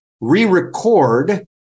re-record